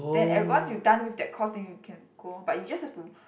then once you done with that course then you can go lor but you just have to